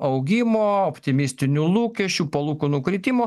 augimo optimistinių lūkesčių palūkanų kritimo